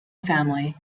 family